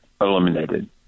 eliminated